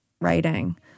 writing